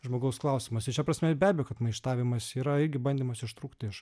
žmogaus klausimas ir šia prasme be abejo kad maištavimas yra irgi bandymas ištrūkti iš